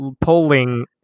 polling